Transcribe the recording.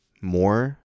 more